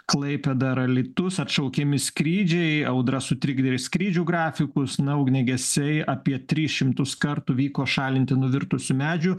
klaipėda ar alytus atšaukiami skrydžiai audra sutrikdė skrydžių grafikus na ugniagesiai apie trys šimtus kartų vyko šalinti nuvirtusių medžių